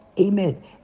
amen